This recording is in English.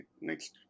next